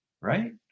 right